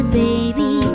baby